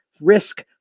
risk